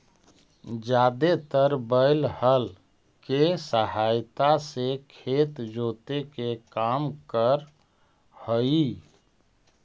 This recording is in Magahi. जादेतर बैल हल केसहायता से खेत जोते के काम कर हई